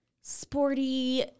sporty